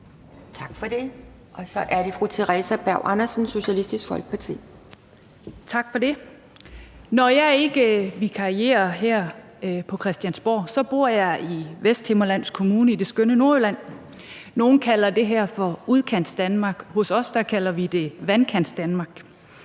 Tak for det, og så er det fru Theresa Berg Andersen, Socialistisk Folkeparti. Kl. 16:57 Theresa Berg Andersen (SF): Tak for det. Når jeg ikke vikarierer her på Christiansborg, bor jeg i Vesthimmerlands Kommune i det skønne Nordjylland. Nogle kalder det for Udkantsdanmark. Hos os kalder vi det Vandkantsdanmark.